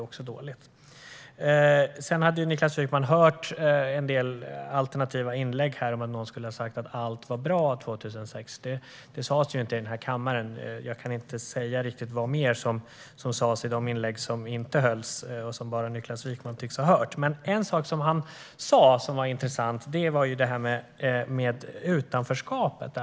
Niklas Wykman hade hört en del alternativa inlägg här där någon skulle ha sagt att allt var bra 2006. Det sas inte i den här kammaren. Jag kan inte riktigt säga vad som mer sas i de inlägg som inte hölls och som bara Niklas Wykman tycks ha hört. En sak som han sa var dock intressant, och det gällde utanförskapet.